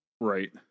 Right